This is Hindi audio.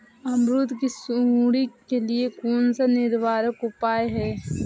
अमरूद की सुंडी के लिए कौन सा निवारक उपाय है?